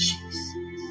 Jesus